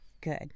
Good